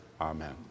Amen